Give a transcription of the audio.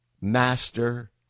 master